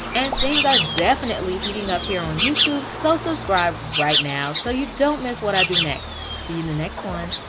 and things are definitely heating up here on youtube so subscribe right now so you don't miss what i do next. see you in the next one.